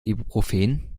ibuprofen